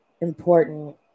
important